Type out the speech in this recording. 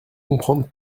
comprendre